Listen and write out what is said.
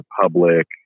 public